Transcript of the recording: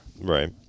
right